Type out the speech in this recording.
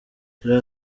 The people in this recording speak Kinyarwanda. yari